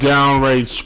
Downright